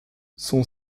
son